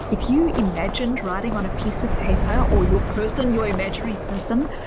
if you imagined writing on a piece of paper or your person, your imaginary person,